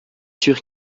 sûr